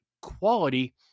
quality